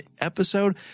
episode